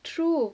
true